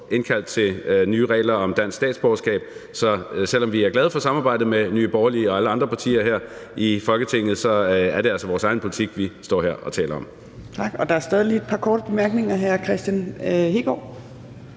forhandling om nye regler om dansk statsborgerskab. Så selv om vi er glade for samarbejdet med Nye Borgerlige og alle andre partier her i Folketinget, er det altså vores egen politik, vi står her og taler om. Kl. 10:32 Fjerde næstformand (Trine Torp): Tak.